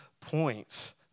points